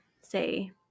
say